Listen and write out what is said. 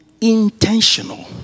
intentional